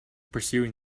perusing